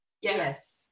Yes